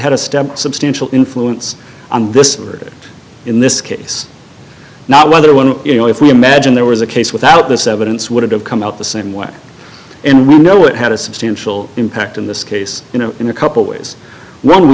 had a step substantial influence on this or in this case not whether one you know if we imagine there was a case without this evidence would have come out the same way and we know it had a substantial impact in this case you know in a couple ways when we